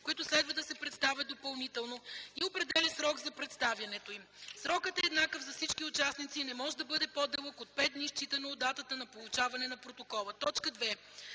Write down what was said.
които следва да се представят допълнително и определя срок за представянето им. Срокът е еднакъв за всички участници и не може да бъде по-дълъг от пет дни считано от датата на получаване на протокола.”. 2.